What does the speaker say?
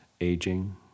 aging